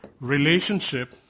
relationship